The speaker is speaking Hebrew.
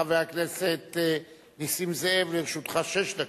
חבר הכנסת נסים זאב, לרשותך שש דקות.